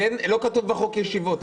לא כתוב בחוק: ישיבות.